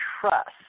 trust